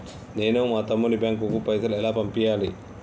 నేను మా తమ్ముని బ్యాంకుకు పైసలు ఎలా పంపియ్యాలి?